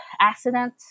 accident